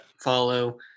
follow